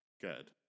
good